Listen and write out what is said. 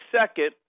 second